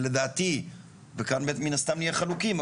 שלדעתי וכאן מן הסתם נהיה חלוקים,